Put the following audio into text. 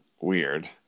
weird